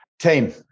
Team